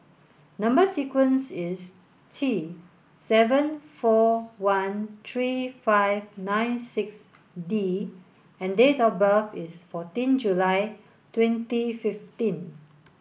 number sequence is T seven four one three five nine six D and date of birth is fourteen July twenty fifteen